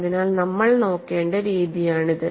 അതിനാൽ നമ്മൾ നോക്കേണ്ട രീതിയാണിത്